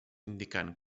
indicant